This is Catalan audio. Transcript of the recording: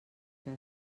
què